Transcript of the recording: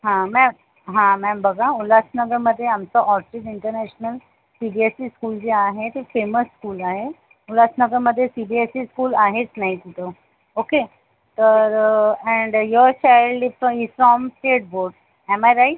हां मॅम हां मॅम बघा उल्हासनगरमध्ये आमचं orchid international C B S E school जे आहे ती फेमस स्कूल आहे उल्हासनगरमध्ये C B S E school आहेच नाही कुठं ओके तर and your child is coming from state board am I right